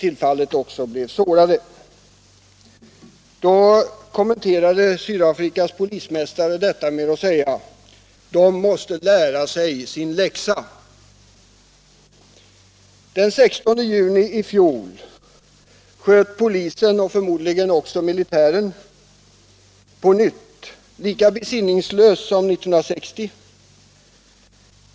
Sydafrikas polisminister kommenterade detta med att säga: De måste lära sig sin läxa. Den 16 juni i fjol sköt polisen — och förmodligen också militären — i Sydafrika på nytt lika besinningslöst som 1969.